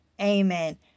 Amen